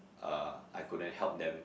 uh I couldn't help them